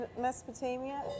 Mesopotamia